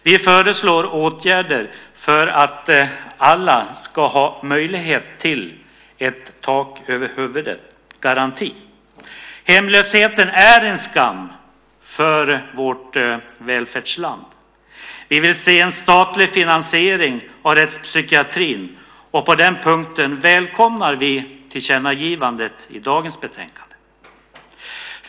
Vi föreslår åtgärder för att ge alla en tak-över-huvudet-garanti. Hemlösheten är en skam för vårt välfärdsland. Vi vill se en statlig finansiering av rättspsykiatrin, och på den punkten välkomnar vi tillkännagivandet i dagens betänkande.